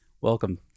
Welcome